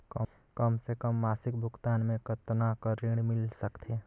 कम से कम मासिक भुगतान मे कतना कर ऋण मिल सकथे?